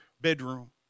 bedroom